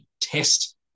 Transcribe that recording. test